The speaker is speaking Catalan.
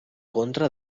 contra